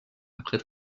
après